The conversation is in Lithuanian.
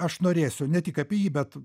aš norėsiu ne tik apie jį bet